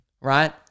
right